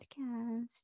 podcast